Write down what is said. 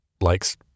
likes